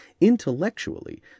Intellectually